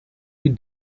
die